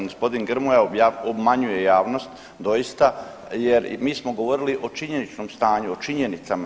Gospodin Grmoja obmanjuje javnost doista, jer mi smo govorili o činjeničnom stanju, o činjenicama.